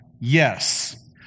Yes